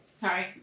Sorry